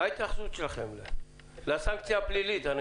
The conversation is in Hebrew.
יש לכם התייחסות לגבי הסנקציה הפלילית?